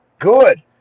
Good